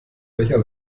welcher